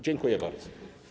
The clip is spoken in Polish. Dziękuję bardzo.